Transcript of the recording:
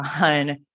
on